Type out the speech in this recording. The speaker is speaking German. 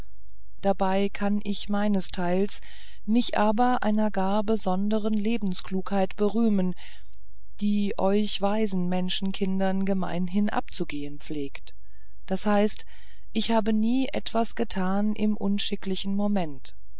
dabei kann ich meinesteils mich aber einer gar besondern lebensklugheit berühmen die euch weisen menschenkindern gemeinhin abzugehen pflegt das heißt ich habe nie etwas getan im unschicklichen moment